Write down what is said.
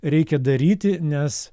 reikia daryti nes